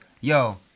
Yo